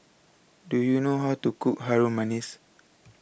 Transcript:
Do YOU know How to Cook Harum Manis